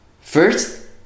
first